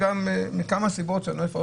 מכמה סיבות שלא אכנס